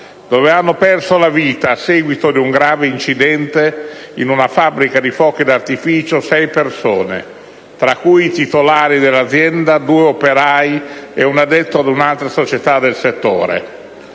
dove hanno perso la vita, a seguito di un grave incidente in una fabbrica di fuochi d'artificio, sei persone: i titolari dell'azienda, due operai e un addetto di un'altra società del settore.